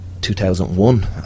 2001